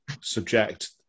subject